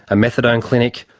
a methadone clinic,